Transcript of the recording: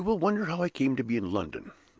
you will wonder how i came to be in london.